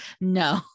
no